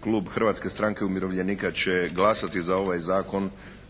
klub Hrvatske stranke umirovljenika će glasati za ovaj zakon,